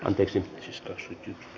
anteeksi ystäväksi